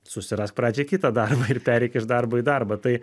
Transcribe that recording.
susirask pradžiai kitą darbą ir pereik iš darbo į darbą tai